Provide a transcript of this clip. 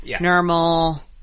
Normal